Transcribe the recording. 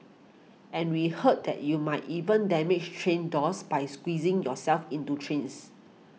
and we heard that you might even damage train doors by squeezing yourself into trains